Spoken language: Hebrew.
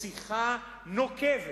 בשיחה נוקבת.